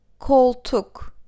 Koltuk